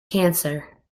cancer